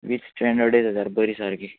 वीस स्ट्रँड अडेज हजार बरी सारकी